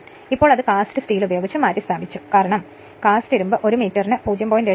എന്നാൽ ഇപ്പോൾ അത് കാസ്റ്റ് സ്റ്റീൽ ഉപയോഗിച്ച് മാറ്റിസ്ഥാപിച്ചു കാരണം കാസ്റ്റ് ഇരുമ്പ് ഒരു മീറ്ററിന് 0